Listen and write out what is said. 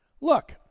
Look